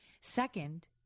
Second